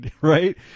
right